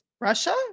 Russia